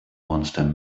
monster